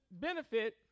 benefit